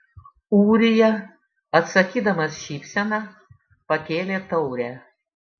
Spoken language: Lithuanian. ūrija atsakydamas šypsena pakėlė taurę